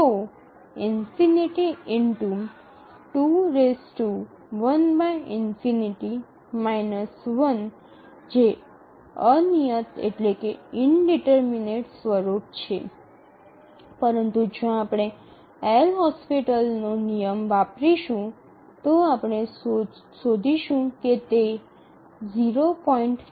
તો ∞ 2 1 જે અનિયત સ્વરૂપ છે પરંતુ જો આપણે એલહોસ્પિટલ્સનો નિયમ વાપરીશું તો આપણે શોધીશું કે તે 0